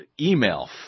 email